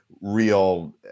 real –